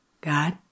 God